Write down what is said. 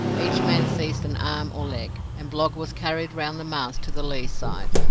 each man seized an arm or leg, and blogg was carried round the mast to the lee side.